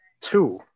two